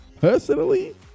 personally